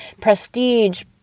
prestige